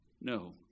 No